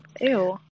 Ew